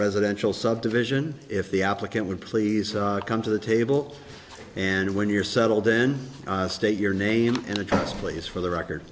residential subdivision if the applicant would please come to the table and when you're settled then state your name and address please for the record